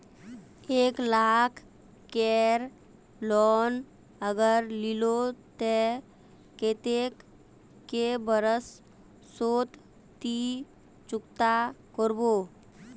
एक लाख केर लोन अगर लिलो ते कतेक कै बरश सोत ती चुकता करबो?